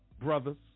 brothers